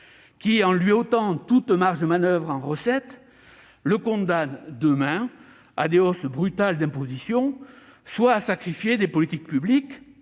à celui-ci toute marge de manoeuvre en recettes, le condamne demain soit à des hausses brutales d'imposition soit à sacrifier des politiques publiques